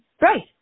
Right